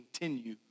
continue